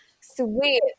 sweet